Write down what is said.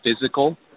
physical